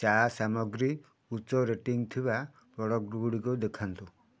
ଚା ସାମଗ୍ରୀ ଉଚ୍ଚ ରେଟିଂ ଥିବା ପ୍ରଡ଼କ୍ଟଗୁଡ଼ିକ ଦେଖାନ୍ତୁ